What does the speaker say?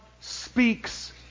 speaks